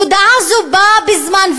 הודעה זו באה בזמן,